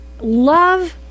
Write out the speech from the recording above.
love